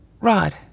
Rod